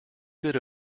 good